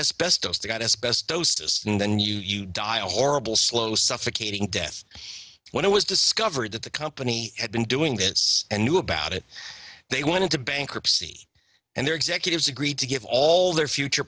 as best as they got as best posts and then you die a horrible slow suffocating death when it was discovered that the company had been doing this and knew about it they wanted to bankruptcy and executives agreed to give all their future